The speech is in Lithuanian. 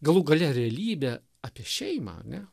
galų gale realybė apie šeimą ane